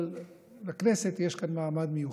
אבל לכנסת יש כאן מעמד מיוחד.